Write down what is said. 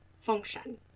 function